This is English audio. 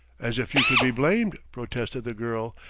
as if you could be blamed! protested the girl.